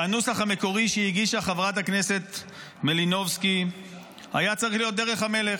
שהנוסח המקורי שהגישה חברת הכנסת מלינובסקי היה צריך להיות דרך המלך.